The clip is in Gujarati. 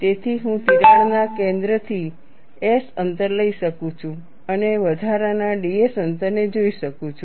તેથી હું તિરાડના કેન્દ્રથી s અંતર લઈ શકું છું અને વધારાના ds અંતરને જોઈ શકું છું